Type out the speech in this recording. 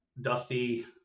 Dusty